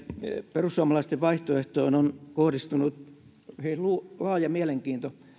perussuomalaisten vaihtoehtoon on kohdistunut hyvin laaja mielenkiinto